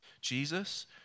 Jesus